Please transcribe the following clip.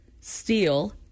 steel